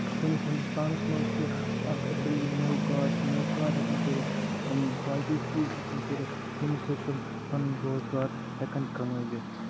سٲنِس ہِندوستانَس منٛز چھِ اکھ اَصٕل یم میوٕ کار چھُ میوٕ کار ہٮ۪کَن کٔرِتھ باقٕے چیٖز ہٮ۪کَن کٔرِتھ یِمو سۭتۍ تِم پَنُن روزگار ہٮ۪کَن کَمٲوِتھ